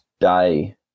day